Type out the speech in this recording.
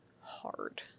hard